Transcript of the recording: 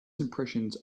impressions